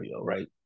right